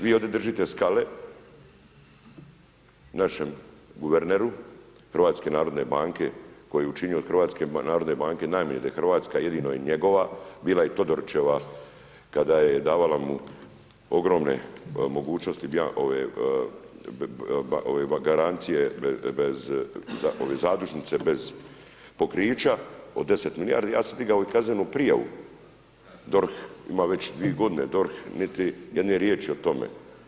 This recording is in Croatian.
Vi ovdje držite skale našem guverneru HNB-a koji je učinio od HNB-a, najmanje da je hrvatska, jedino je njegova, bila je i Todorićeva kada je davala mu ogromne mogućnosti garancije bez zadužnice, bez pokrića od 10 milijardi, ja sam digao i kaznenu prijavu, DORH, ima već dvije godine, DORH niti jedne riječi o tome.